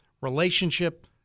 relationship